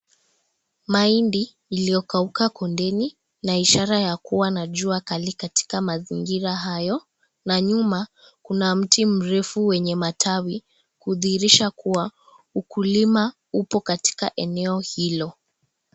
Mahindi iliyokauka kondeni na ishara ya kuwa na jua kali katika mazingira hayo na nyuma kuna mti mrefu wenye matawi, kudhihirisha kuwa, ukulima upo katika eneo hilo.